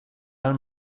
den